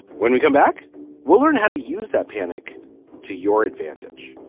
when we come back we'll learn how to use that panic to your advantage